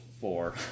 four